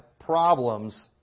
problems